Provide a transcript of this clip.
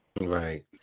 right